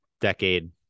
decade